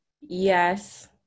Yes